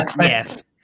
Yes